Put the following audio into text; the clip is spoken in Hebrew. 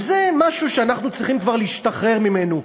זה משהו שאנחנו צריכים להשתחרר ממנו.